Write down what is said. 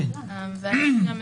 ואז מה?